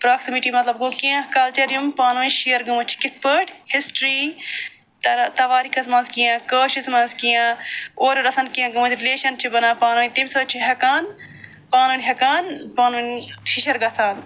proximity مطلب گوٚو کیٚنٛہہ کلچر یِم پانہٕ ؤنۍ شیر گٔمٕتۍ چھِ کِتھ پٲٹھۍ ہسٹرٛی ترا تواریٖخس منٛز کیٚنٛہہ کٲشرِس منٛز کیٚنٛہہ اورٕ یور آسان کیٚنٛہہ گٔمٕتۍ رِلیشَن چھِ بنان پانہٕ ؤنۍ تَمہِ سۭتۍ چھُ ہٮ۪کان پانہٕ ؤنۍ ہٮ۪کان پانہٕ ؤنۍ ہِشر گَژھان